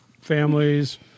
families